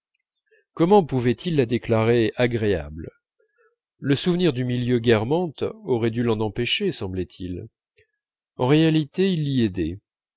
comment pouvait-il la déclarer agréable le souvenir du milieu guermantes aurait dû l'en empêcher semblait-il en réalité il l'y aidait